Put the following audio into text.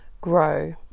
grow